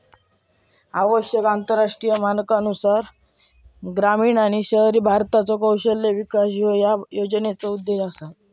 आवश्यक आंतरराष्ट्रीय मानकांनुसार ग्रामीण आणि शहरी भारताचो कौशल्य विकास ह्यो या योजनेचो उद्देश असा